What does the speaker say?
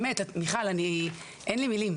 מיכל אין לי מילים,